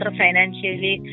financially